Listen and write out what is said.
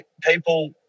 people